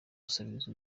gusabiriza